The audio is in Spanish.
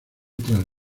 tras